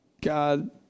God